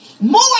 More